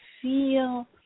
feel